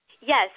Yes